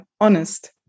honest